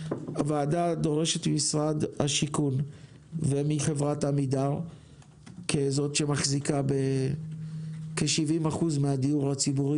הוועדה דורשת ממשרד השיכון ומחברת עמידר שמחזיקה בכ-70% מהדיור הציבורי